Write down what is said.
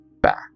back